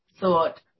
thought